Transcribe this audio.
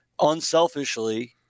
unselfishly